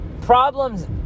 problems